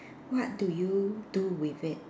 what do you do with it